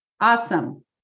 awesome